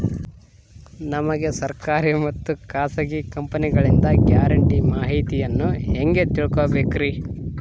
ನಮಗೆ ಸರ್ಕಾರಿ ಮತ್ತು ಖಾಸಗಿ ಕಂಪನಿಗಳಿಂದ ಗ್ಯಾರಂಟಿ ಮಾಹಿತಿಯನ್ನು ಹೆಂಗೆ ತಿಳಿದುಕೊಳ್ಳಬೇಕ್ರಿ?